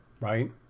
right